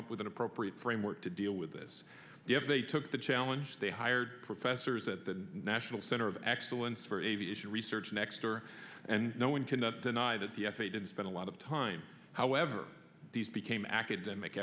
up with an appropriate framework to deal with this if they took the challenge they hired professors at the national center of excellence for aviation research next or and no one cannot deny that the f a a didn't spend a lot of time however these became academic